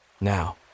Now